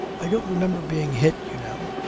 i don't remember being hit, you know.